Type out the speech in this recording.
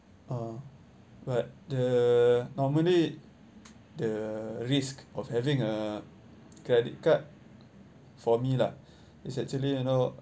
uh but uh normally the risk of having a credit card for me lah it's actually you know